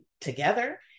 together